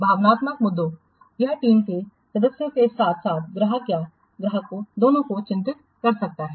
भावनात्मक मुद्दों यह टीम के सदस्यों के साथ साथ ग्राहक या ग्राहकों दोनों को चिंतित कर सकता है